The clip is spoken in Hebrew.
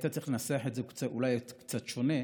היית צריך לנסח את זה אולי קצת שונה,